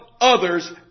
others